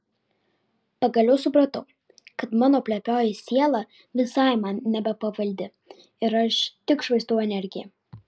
pagaliau supratau kad mano plepioji siela visai man nebepavaldi ir aš tik švaistau energiją